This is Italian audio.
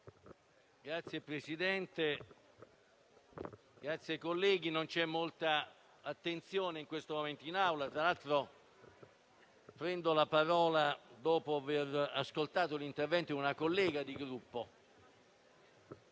Signor Presidente, colleghi, non c'è molta attenzione in questo momento in Assemblea. Tra l'altro prendo la parola dopo aver ascoltato l'intervento di una collega di Gruppo